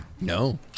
No